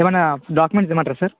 ఏవన్నా డాక్యూమెంట్స్ తెమ్మంటారా సార్